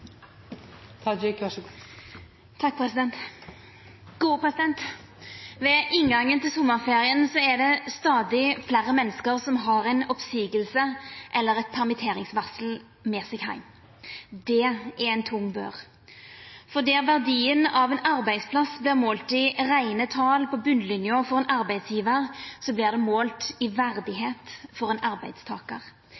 det stadig fleire menneske som har ei oppseiing eller eit permitteringsvarsel med seg heim. Det er ei tung bør. For der verdien av ein arbeidsplass vert målt i reine tal på botnlinja for ein arbeidsgjevar, vert det målt i verdigheit for ein arbeidstakar, det vert målt i